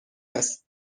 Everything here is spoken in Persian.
است